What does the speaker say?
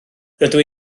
rydw